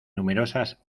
numerosas